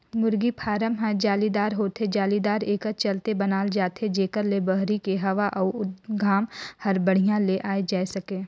मुरगी फारम ह जालीदार होथे, जालीदार एकर चलते बनाल जाथे जेकर ले बहरी के हवा अउ घाम हर बड़िहा ले आये जाए सके